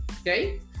Okay